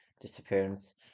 disappearance